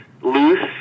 loose